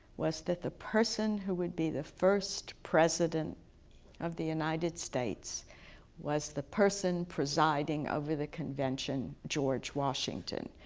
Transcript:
was that the person who would be the first president of the united states was the person presiding over the convention, george washington.